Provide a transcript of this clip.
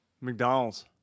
McDonald's